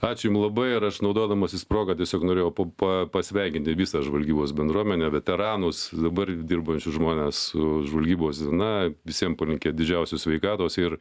ačiū jum labai ir aš naudodamasis proga tiesiog norėjau pa pa pasveikinti visą žvalgybos bendruomenę veteranus dabar dirbančius žmones su žvalgybos diena visiem palinkėt didžiausios sveikatos ir